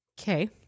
Okay